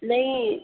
नहीं